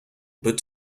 but